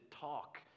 talk